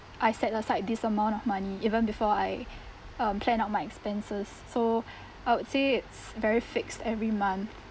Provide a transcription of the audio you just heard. I set aside this amount of money even before I um plan out my expenses so I would say it's very fixed every month